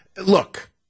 Look